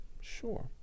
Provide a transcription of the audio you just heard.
Sure